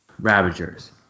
Ravagers